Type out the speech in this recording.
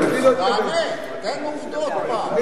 תענה, תן עובדות פעם.